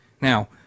Now